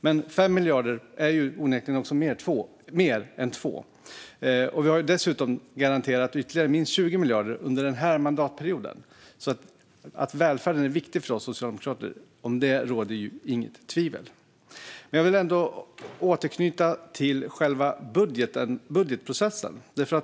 Men 5 miljarder är onekligen mer än 2. Vi har dessutom garanterat ytterligare minst 20 miljarder under denna mandatperiod. Att välfärden är viktig för oss socialdemokrater råder det inget tvivel om. Jag vill återknyta till själva budgetprocessen.